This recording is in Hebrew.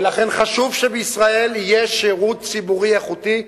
ולכן חשוב שבישראל יהיה שידור ציבורי איכותי.